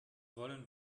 wollen